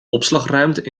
opslagruimte